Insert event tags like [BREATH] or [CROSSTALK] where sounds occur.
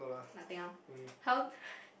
nothing orh how [BREATH]